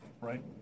right